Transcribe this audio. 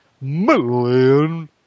million